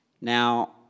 Now